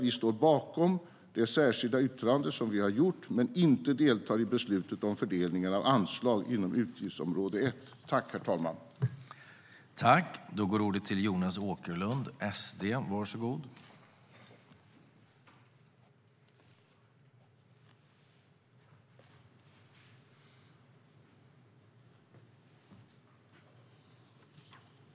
Vi står bakom det särskilda yttrande vi har gjort men deltar inte i beslutet om fördelningen av anslag inom utgiftsområde 1.